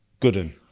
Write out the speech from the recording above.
Gooden